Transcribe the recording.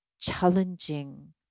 challenging